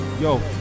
yo